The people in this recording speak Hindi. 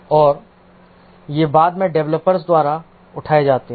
और ये बाद में डेवलपर्स द्वारा उठाए जाते हैं